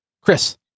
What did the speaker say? Chris